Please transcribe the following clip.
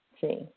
See